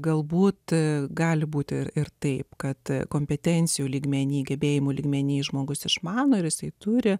galbūt gali būti ir ir taip kad kompetencijų lygmenyje gebėjimų lygmenyje žmogus išmano ir visai turi